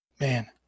Man